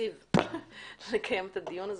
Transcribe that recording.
יציב לקיים את הדיון,